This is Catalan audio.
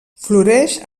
floreix